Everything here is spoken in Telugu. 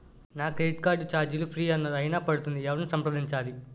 నా క్రెడిట్ కార్డ్ ఛార్జీలు ఫ్రీ అన్నారు అయినా పడుతుంది ఎవరిని సంప్రదించాలి?